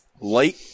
light